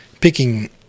picking